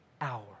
hour